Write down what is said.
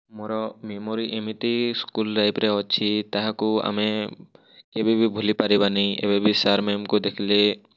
ମୋର ମେମୋରୀ ଏମିତି ସ୍କୁଲ୍ ଲାଇଫ୍ରେ ଅଛି ତାହାକୁ ଆମେ କେବେ ବି ଭୁଲି ପାରିବାନି ଏବେ ବି ସାର୍ ମ୍ୟାମ୍ଙ୍କୁ ଦେଖିଲେ